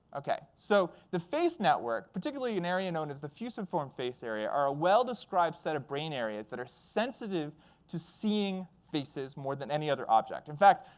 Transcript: ok so the face network, particularly an area known as the fusiform face area are a well-described set of brain areas that are sensitive to seeing faces more than any other object. in fact,